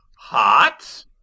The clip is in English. hot